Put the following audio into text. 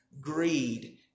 greed